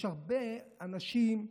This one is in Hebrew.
יש הרבה אנשים,